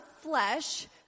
flesh